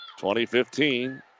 2015